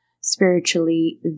spiritually